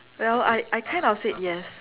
well I I kind of said yes